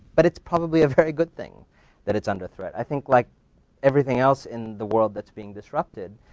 but it's probably a very good thing that it's under threat. i think like everything else in the world that's being disrupted,